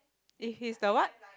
if he's the what